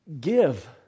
Give